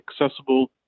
accessible